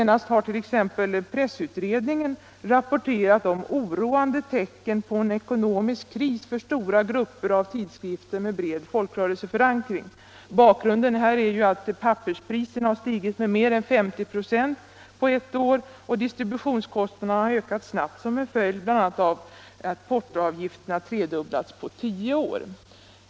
Nyligen har t.ex. pressutredningen rapporterat om ” oroande tecken på en ekonomisk kris för stora grupper av tidskrifter med bred folkrörelseförankring”. Bakgrunden härtill är att papperspriserna har stigit med mer än 50 96 på ett år och att distributionskostnaderna snabbt ökat som en följd bl.a. av att portoavgifterna tredubblats på tio år.